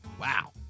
wow